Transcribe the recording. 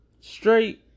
straight